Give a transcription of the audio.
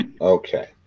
okay